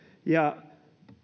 ja